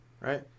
right